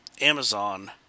Amazon